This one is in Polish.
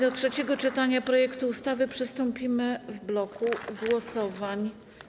Do trzeciego czytania projektu ustawy przystąpimy w bloku głosowań.